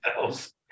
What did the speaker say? else